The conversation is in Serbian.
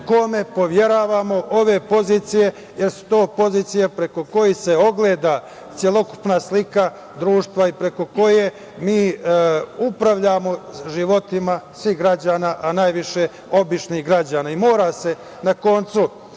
kome poveravamo ove pozicije, jer su to pozicije preko kojih se ogleda celokupna slika društva i preko koje mi upravljamo životima svih građana, a najviše običnih građana i mora se na koncu